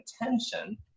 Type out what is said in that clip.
attention